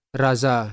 raza